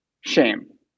shame